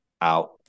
out